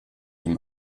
ihm